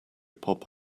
pop